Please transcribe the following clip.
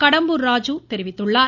கடம்பூர் ராஜு தெரிவித்துள்ளார்